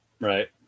right